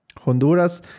Honduras